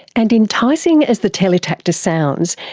and enticing as the teletactor sounds,